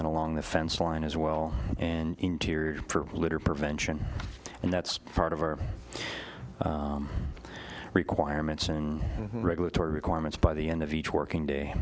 and along the fence line as well and interior litter prevention and that's part of our requirements and regulatory requirements by the end of each working day